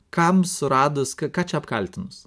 kam suradus ką čia apkaltinus